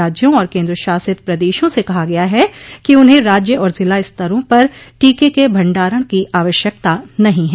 राज्यों और केंद्रशासित प्रदेशों से कहा गया है कि उन्हें राज्य और जिला स्तरों पर टीके के भंडारण की आवश्यकता नहीं ह